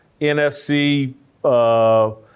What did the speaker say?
NFC